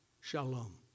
Shalom